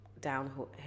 downhill